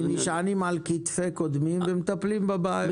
נשענים על כתפי קודמינו ומטפלים בבעיות.